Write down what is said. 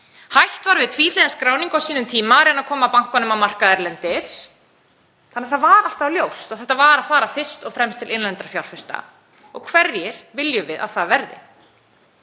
Hætt var við tvíhliða skráningu á sínum tíma og reyna að koma bankanum á markað erlendis þannig að það var alltaf ljóst að þetta var að fara fyrst og fremst til innlendra fjárfesta. Og hverjir viljum við að það verði?